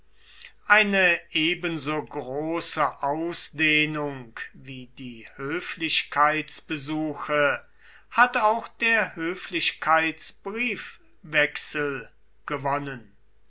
eine ebenso große ausdehnung wie die höflichkeitsbesuche hat auch der höflichkeitsbriefwechsel gewonnen